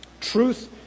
truth